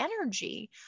energy